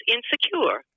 Insecure